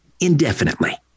indefinitely